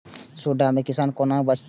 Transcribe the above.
सुंडा से किसान कोना बचे?